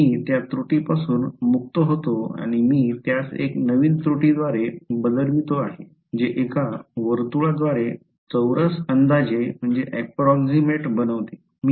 मी त्या त्रुटीपासून मुक्त होतो आणि मी त्यास एका नवीन त्रुटीद्वारे बदलवितो जे एका वर्तुळाद्वारे चौरस अंदाजे बनवते